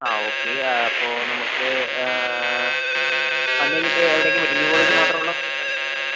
ആ ഓക്കെ അപ്പോൾ നമുക്ക് വന്നുകഴിഞ്ഞിട്ട് എവിടേക്കാണ് മെഡിക്കൽ കോളേജിലേക്ക് മാത്രേ ഉള്ളോ അതോ വേറെ എവിടെങ്കിലും പോകണോ